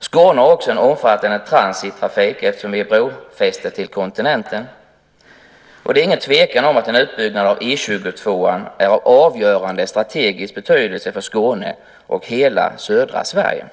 Skåne har också en omfattande transittrafik eftersom vi är brofäste till kontinenten. Det råder ingen tvekan om att en utbyggnad av E 22:an är av avgörande strategisk betydelse för Skåne och hela södra Sverige.